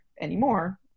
anymore